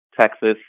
Texas